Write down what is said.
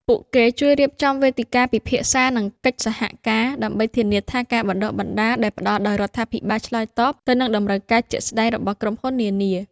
ពួកគេជួយរៀបចំវេទិកាពិភាក្សា និងកិច្ចសហការ ដើម្បីធានាថាការបណ្តុះបណ្តាលដែលផ្តល់ដោយរដ្ឋាភិបាលឆ្លើយតបទៅនឹងតម្រូវការជាក់ស្តែងរបស់ក្រុមហ៊ុននានា។